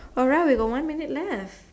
alright we got one minute left